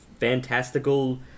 fantastical